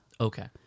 Okay